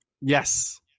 yes